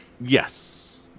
Yes